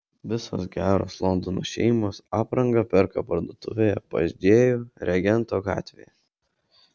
visos geros londono šeimos aprangą perka parduotuvėje pas džėjų regento gatvėje